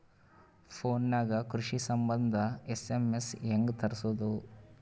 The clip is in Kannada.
ಫೊನ್ ನಾಗೆ ಕೃಷಿ ಸಂಬಂಧ ಎಸ್.ಎಮ್.ಎಸ್ ಹೆಂಗ ತರಸೊದ?